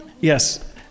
Yes